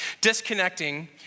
Disconnecting